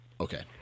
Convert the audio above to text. Okay